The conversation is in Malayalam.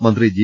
മന്ത്രി ജി